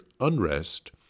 unrest